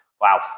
wow